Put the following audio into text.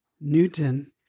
Newton